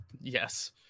Yes